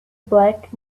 black